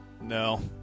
No